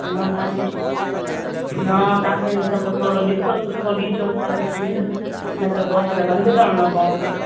न तव्हांजे न तव्हांखे त पोइ थोरो ॾिसो सुठो ॾिजो असांखे खीरु न त पोइ असांखे बंदि करिणो पवंदो